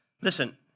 Listen